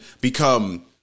become